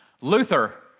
Luther